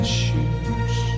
shoes